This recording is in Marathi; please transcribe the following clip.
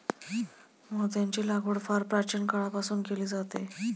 मोत्यांची लागवड फार प्राचीन काळापासून केली जाते